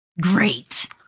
Great